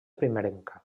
primerenca